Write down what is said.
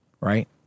right